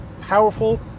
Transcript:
powerful